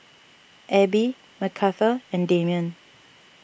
Ebbie Macarthur and Damion